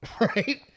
right